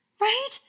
Right